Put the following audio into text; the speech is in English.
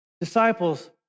disciples